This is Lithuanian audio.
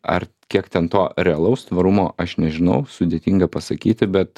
ar kiek ten to realaus tvarumo aš nežinau sudėtinga pasakyti bet